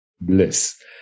bliss